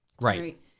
Right